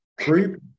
Group